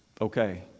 okay